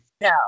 No